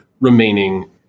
remaining